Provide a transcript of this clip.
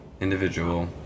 individual